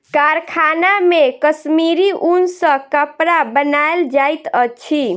कारखाना मे कश्मीरी ऊन सॅ कपड़ा बनायल जाइत अछि